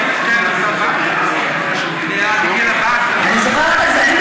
גיל 12, אני זוכרת את זה.